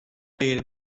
غیر